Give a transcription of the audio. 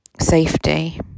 safety